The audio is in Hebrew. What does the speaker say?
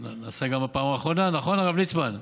ונעשה גם בפעם האחרונה, נכון הרב ליצמן?